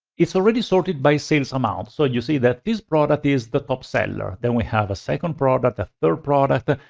it's already sorted by sales amount. so you see that this product is the top seller. then we have a second product, a third product. ah